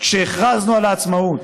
כשהכרזנו על העצמאות.